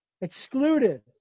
excluded